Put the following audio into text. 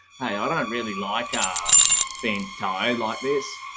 i ah don't really like ah being tired like this.